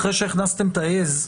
אחרי שהכנסתם את העז,